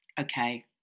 okay